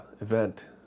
event